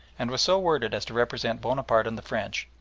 and was so worded as to represent bonaparte and the french,